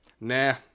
nah